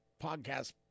podcast